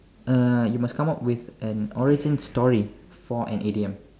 uh you must come up with an origin story for an idiom